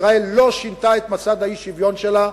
ישראל לא שינתה את מסד האי-שוויון שלה,